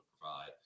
provide